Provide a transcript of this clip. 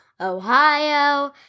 Ohio